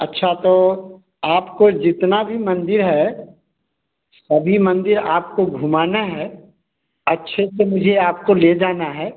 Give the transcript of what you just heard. अच्छा तो आपको जितना भी मंदिर है सभी मंदिर आपको घुमाना है अच्छे से मुझे आपको ले जाना है